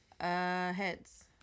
heads